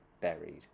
buried